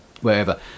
wherever